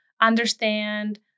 understand